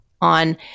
on